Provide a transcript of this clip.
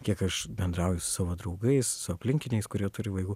kiek aš bendrauju su savo draugais su aplinkiniais kurie turi vaikų